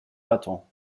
battant